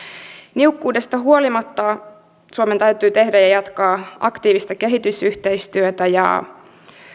niukkuudesta huolimatta suomen täytyy tehdä ja jatkaa aktiivista kehitysyhteistyötä